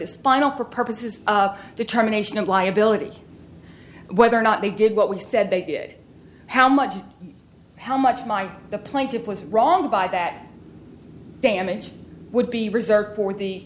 it's final for purposes of determination of liability whether or not they did what we said they did how much how much my the plaintiff was wronged by that damage would be reserved for the